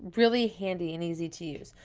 really handy and easy to use.